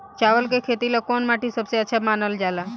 चावल के खेती ला कौन माटी सबसे अच्छा मानल जला?